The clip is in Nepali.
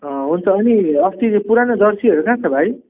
अँ हुन्छ अनि अस्ति नै पुरानो जर्सीहरू कहाँ छ भाइ